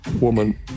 woman